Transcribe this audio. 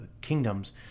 kingdoms